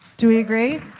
do we agree?